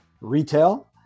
retail